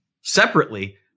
separately